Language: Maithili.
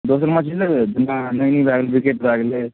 दोसर माँछ नहि लेबै भकुरा नैनी भए गेलै ब्रिकेट भए गेलै